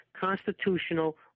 constitutional